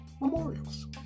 memorials